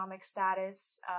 status